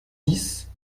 dix